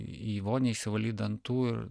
į vonią išsivalyt dantų ir